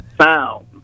sound